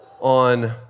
On